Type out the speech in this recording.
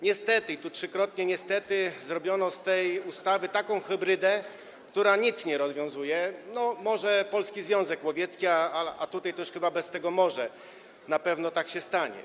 Niestety, i tu trzykrotnie: niestety, zrobiono z tej ustawy taką hybrydę, która nic nie rozwiązuje, no może Polski Związek Łowiecki, ale tutaj to już chyba bez tego „może”, na pewno tak się stanie.